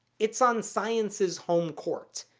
it's on science's home court.